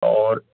اور